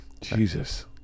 Jesus